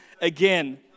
again